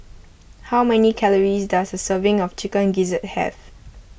how many calories does a serving of Chicken Gizzard have